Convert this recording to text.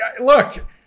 look